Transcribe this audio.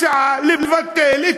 הצעה לבטל את